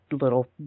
little